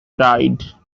died